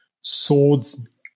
swords